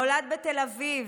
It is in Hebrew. נולד בתל אביב,